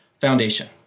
Foundation